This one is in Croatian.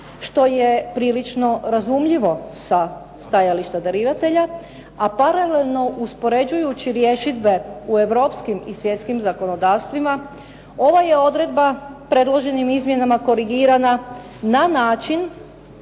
što je prilično razumljivo sa stajališta darivatelja, a paralelno uspoređujući rješidbe u europskim i svjetskim zakonodavstvima ovo je odredba predloženim izmjenama korigirana na način